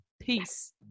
Peace